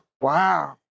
Wow